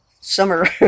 summer